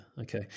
okay